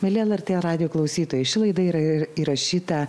mieli lrt radijo klausytojai ši laida yra įrašyta